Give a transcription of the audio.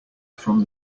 from